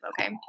okay